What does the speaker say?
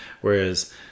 whereas